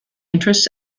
interests